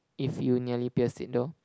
if you nearly pierced it though